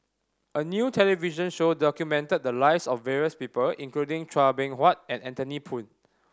a new television show documented the lives of various people including Chua Beng Huat and Anthony Poon